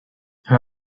her